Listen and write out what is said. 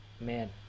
man